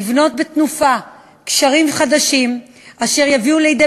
לבנות בתנופה גשרים חדשים אשר יביאו לידי